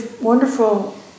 wonderful